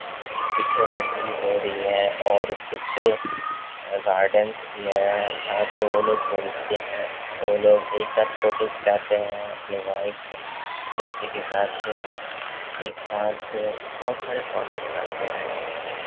اس کے پیچھے ندی بھی بہہ رہی ہے اور کچھ گارڈنس بھی ہیں جہاں پہ وہ لوگ گھومتے ہیں وہ لوگ ایک ساتھ فوٹو کھچاتے ہیں اپنی وائفس بچے کے ساتھ ایک ساتھ بہت سارے فوٹو ایک ساتھ آتے ہیں